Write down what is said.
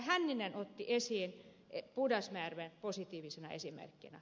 hänninen otti esiin pudasjärven positiivisena esimerkkinä